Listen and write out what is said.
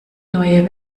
neue